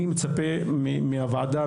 בכל שנה אני קולט ילדים בעיקר מהכפרים הבלתי מוכרים.